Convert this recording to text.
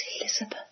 Elizabeth